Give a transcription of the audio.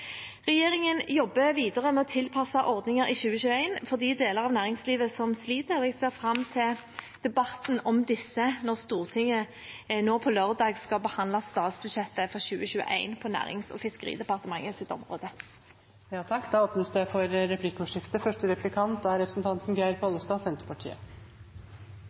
Regjeringen jobber videre med å tilpasse ordninger i 2021 for de deler av næringslivet som sliter, og jeg ser fram til debatten om disse når Stortinget nå på lørdag skal behandle statsbudsjettet for 2021 på Nærings- og fiskeridepartementets område. Det blir replikkordskifte. Det finst ei rekkje pakkereiseselskap som har det